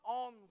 on